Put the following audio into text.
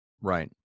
right